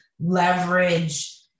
leverage